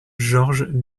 georges